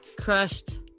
crushed